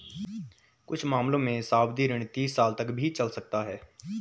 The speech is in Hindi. कुछ मामलों में सावधि ऋण तीस साल तक भी चल सकता है